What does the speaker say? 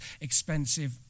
expensive